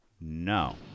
No